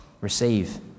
Receive